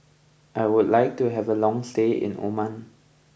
I would like to have a long stay in Oman